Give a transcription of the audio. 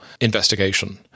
investigation